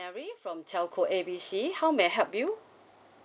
mary from telco A B C how may I help you